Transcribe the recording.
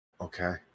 Okay